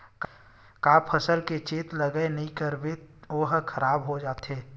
का फसल के चेत लगय के नहीं करबे ओहा खराब हो जाथे?